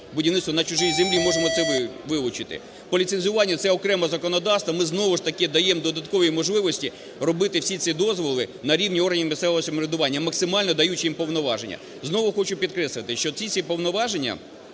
будівництву на чужій землі можемо це вилучити. По ліцензуванню. Це окреме законодавство. Ми знову ж таки даємо додаткові можливості робити всі ці дозволи на рівні органів місцевого самоврядування і максимально даючи їм повноваження. Знову хочу підкреслити, що ці всі повноваження